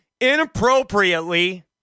inappropriately